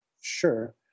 Sure